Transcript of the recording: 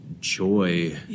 joy